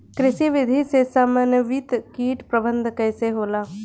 कृषि विधि से समन्वित कीट प्रबंधन कइसे होला?